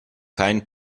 keinen